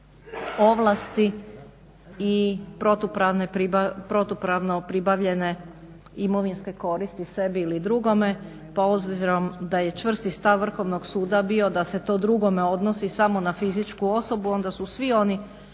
ovlasti i protupravno pribavljene imovinske koristi sebi ili drugome pa obzirom da je čvrsti stav Vrhovnog suda bio da se to drugome odnosi samo na fizičku osobu onda su svi oni